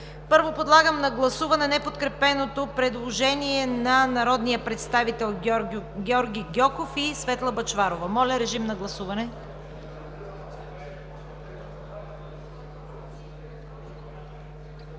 Първо подлагам на гласуване неподкрепеното предложение от народните представители Георги Гьоков и Светла Бъчварова. Гласували